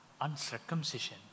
uncircumcision